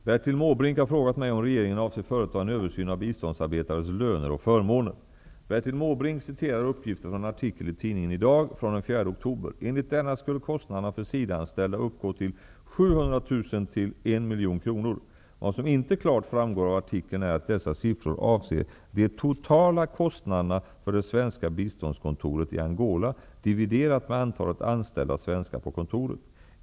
Herr talman! Bertil Måbrink har frågat mig om regeringen avser att företa en översyn av biståndsarbetares löner och förmåner. Bertil Måbrink citerar uppgifter från en artikel i tidningen IDAG från den 4 oktober. Enligt denna skulle kostnaderna för SIDA-anställda uppgå till 700 000--1 000 000 kr. Vad som inte klart framgår av artikeln är att dessa siffror avser de totala kostnaderna för det svenska biståndskontoret i Angola dividerat med antalet anställda svenskar på kontoret.